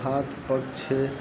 હાથ પગ છે